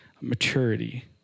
maturity